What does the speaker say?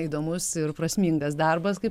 įdomus ir prasmingas darbas kaip